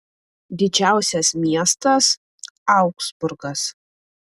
didžiausias miestas augsburgas